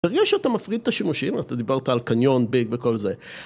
אתה מרגיש שאתה מפריד את השימושים, אתה דיברת על קניון, ביג וכל זה.